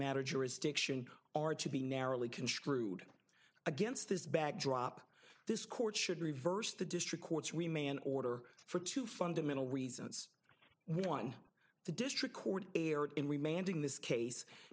matter jurisdiction are to be narrowly construed against this backdrop this court should reverse the district court's remain an order for two fundamental reasons one the district court erred in remaining this case